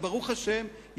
וברוך השם,